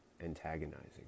antagonizing